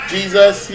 Jesus